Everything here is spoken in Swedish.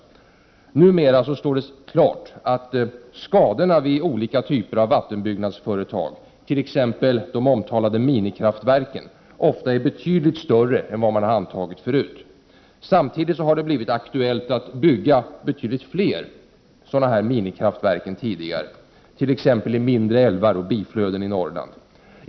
1988/89:35 Numera står det klart att skadorna vid olika typer av vattenbyggnadsföre 30 november 1988 tag, t.ex. de omtalade minikraftverken, ofta är betydligt större än Vad SOM mum... ooo += tidigare antagits. Samtidigt har det blivit aktuellt att bygga betydligt fler sådana minikraftverk än tidigare, t.ex. i mindre älvar och biflöden i Norrland.